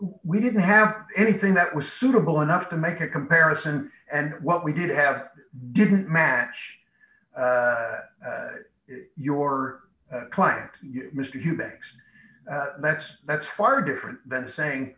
we didn't have anything that was suitable enough to make a comparison and what we did have didn't match your client mr humidex that's that's far different than saying